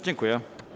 Dziękuję.